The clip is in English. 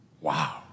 Wow